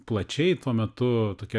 plačiai tuo metu tokia